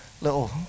little